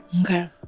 okay